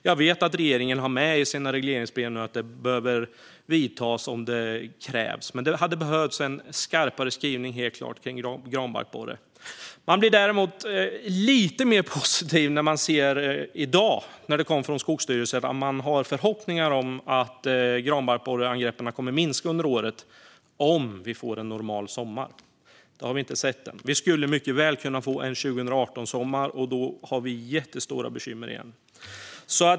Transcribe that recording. Jag vet att regeringen har med i sina regleringsbrev att det ska vidtas åtgärder om det krävs, men det hade helt klart behövts en skarpare skrivning om granbarkborren. Man blir däremot lite mer positiv när man ser det som kom från Skogsstyrelsen i dag om att det finns förhoppningar om att granbarkborreangreppen kommer att minska under året - om vi får en normal sommar. Men det har vi inte sett än. Vi skulle mycket väl kunna få en 2018-sommar, och då har vi jättestora bekymmer igen.